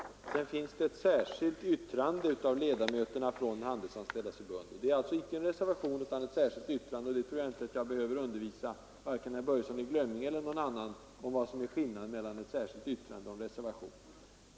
Vidare finns det ett särskilt yttrande av ledamöterna från Handelsanställdas förbund. Det är alltså ingen reservation, utan ett särskilt yttrande — jag tror inte att jag behöver undervisa vare sig herr Börjesson i Glömminge eller någon annan här om skillnaden mellan ett särskilt yttrande och en reservation.